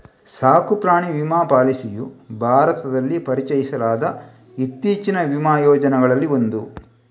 ಸಾಕು ಪ್ರಾಣಿ ವಿಮಾ ಪಾಲಿಸಿಯು ಭಾರತದಲ್ಲಿ ಪರಿಚಯಿಸಲಾದ ಇತ್ತೀಚಿನ ವಿಮಾ ಯೋಜನೆಗಳಲ್ಲಿ ಒಂದು